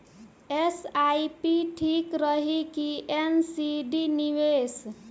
SIP ठीक रही कि एन.सी.डी निवेश?